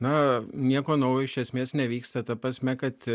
na nieko naujo iš esmės nevyksta ta prasme kad